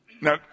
Now